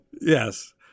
Yes